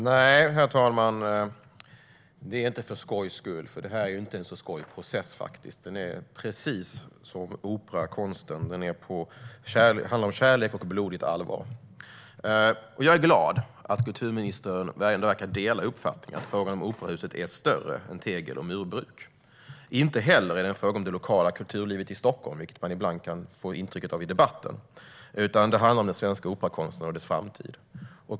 Herr talman! Nej, det är inte för skojs skull, för det är inte en så skojig process. Det är precis som i operakonsten: Det handlar om kärlek och blodigt allvar. Jag är glad att kulturministern verkar dela uppfattningen att frågan om operahuset är större än tegel och murbruk. Inte heller är det en fråga om det lokala kulturlivet i Stockholm, vilket man ibland kan få intrycket av i debatten, utan det handlar om den svenska operakonsten och dess framtid.